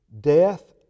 death